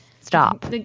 stop